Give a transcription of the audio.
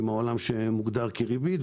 עם העולם שמוגדר כריבית.